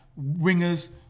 wingers